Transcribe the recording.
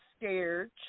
scared